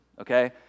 okay